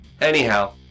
Anyhow